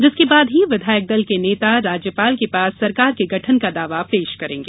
इसके बाद ही विधायक दल के नेता राज्यपाल के पास सरकार के गठन का दावा पेश करेंगे